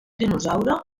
dinosaure